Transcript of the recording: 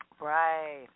Right